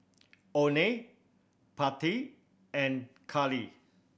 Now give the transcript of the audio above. Oney Pattie and Kaylee